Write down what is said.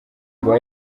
ngo